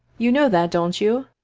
you know that, don't you?